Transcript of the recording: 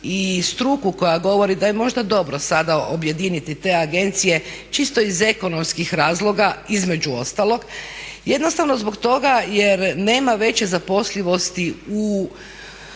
i struku koja govori da je možda dobro sada objediniti te agencije čisto iz ekonomskih razloga. Između ostalog jednostavno zbog toga jer nema veće zaposlenosti u